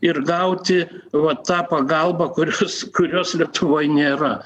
ir gauti va tą pagalbą kurios kurios lietuvoj nėra